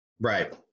Right